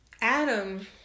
Adam